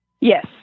Yes